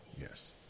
Yes